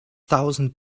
thousand